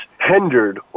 hindered